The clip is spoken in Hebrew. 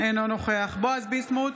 אינו נוכח בועז ביסמוט,